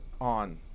on